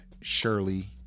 Shirley